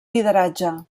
lideratge